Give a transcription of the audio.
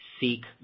seek